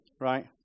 right